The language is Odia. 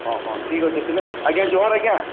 ହଁ ହଁ ଠିକ୍ ଅଛି ଥିଲେ ଆଜ୍ଞା ଜୁହାର ଆଜ୍ଞା